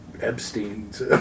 Epstein's